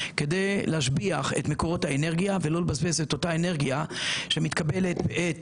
כדי להשביח את מקורות האנרגיה ולא לבזבז את אותה אנרגיה שמתקבלת בעת